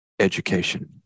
education